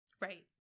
Right